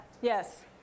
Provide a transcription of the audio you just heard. Yes